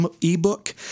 ebook